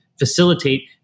facilitate